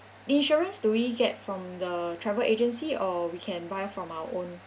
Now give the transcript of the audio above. insurance do we get from the travel agency or we can buy from our own